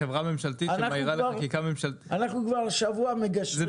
זה חברה ממשלתית שמעירה לחקיקה --- אנחנו כבר שבוע מגשרים